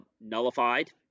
nullified